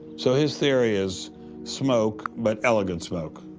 so his theory is smoke, but elegant smoke.